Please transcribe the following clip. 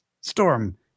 Storm